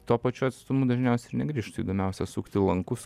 tuo pačiu atstumu dažniausiai ir negrįžtų įdomiausia sukti lankus